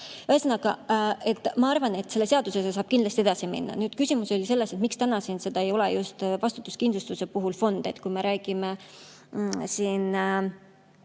Ühesõnaga, ma arvan, et selle seadusega saab kindlasti edasi minna. Nüüd, küsimus oli selles, miks täna siin seda ei ole, just vastutuskindlustuse puhul fonde. Kui me räägime